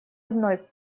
одной